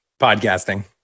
Podcasting